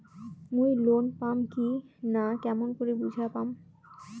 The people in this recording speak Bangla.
মুই লোন পাম কি না কেমন করি বুঝা পাম?